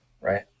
right